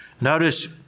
Notice